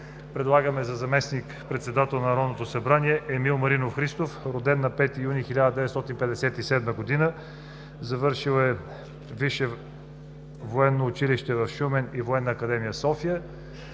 предлагаме за заместник-председател на Народното събрание Емил Маринов Христов, роден на 5 юни 1957 г. Завършил е Висше военно училище в Шумен и Военна академия – София.